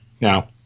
Now